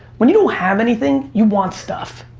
when you don't have anything, you want stuff.